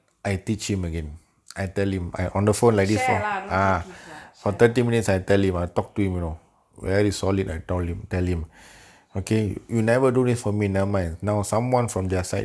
share lah don't say teach lah share lah